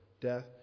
death